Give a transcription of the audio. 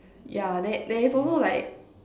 yeah there there is also like